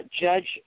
Judge